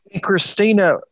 Christina